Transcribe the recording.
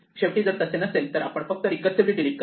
शेवटी जर तसे नसेल तर आपण फक्त रीकर्सिव्हली डिलीट करू